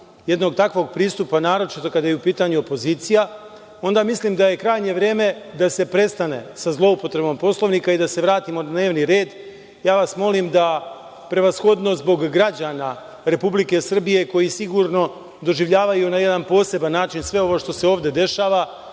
jednog takvog pristupa, naročito kada je u pitanju opozicija, onda mislim da je krajnje vreme da se prestane sa zloupotrebom Poslovnika i da se vratimo na dnevni red. Ja vas molim da prevashodno zbog građana Republike Srbije koji sigurno doživljavaju na jedna poseban način sve ovo što se ovde dešava,